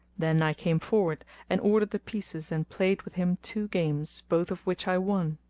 then i came forward and ordered the pieces and played with him two games, both of which i won.